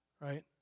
right